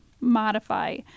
modify